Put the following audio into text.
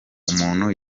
umuntu